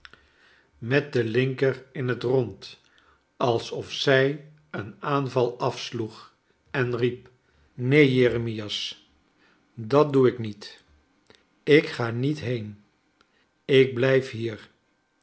met kleine dorrit de linker in het rond alsof zij een aanval afsloeg en riep neen jeremias dat doe ik niet ik ga niet heen ik blijf hier